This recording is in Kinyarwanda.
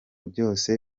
byose